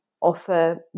offer